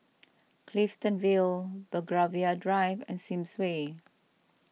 Clifton Vale Belgravia Drive and Sims Way